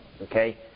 Okay